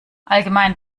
allgemein